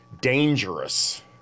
dangerous